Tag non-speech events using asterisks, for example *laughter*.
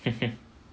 *laughs*